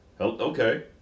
Okay